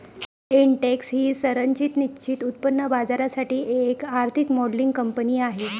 Intex ही संरचित निश्चित उत्पन्न बाजारासाठी एक आर्थिक मॉडेलिंग कंपनी आहे